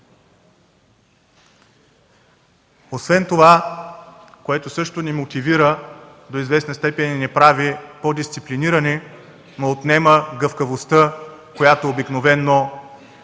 Освен това, което също ни мотивира до известна степен и ни прави по-дисциплинирани, но отнема гъвкавостта, която обикновено